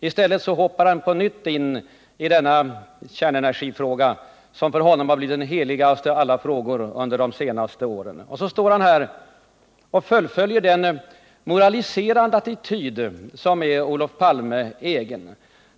I stället hoppade han på nytt in i kärnenergifrågan, som för honom blivit den allra heligaste av alla frågor under de senaste åren. Och så står han här och fullföljer den moraliserande attityd som är Olof Palmes egen.